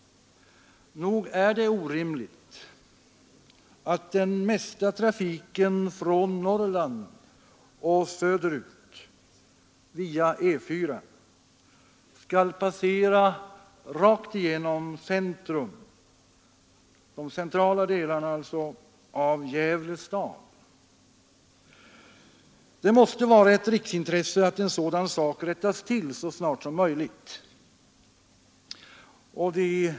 Nog är det orimligt att den mesta trafiken från Norrland och söderut via E 4 skall passera rakt igenom de centrala delarna av Gävle stad. Det måste vara ett riksintresse att en sådan sak rättas till så snart som möjligt.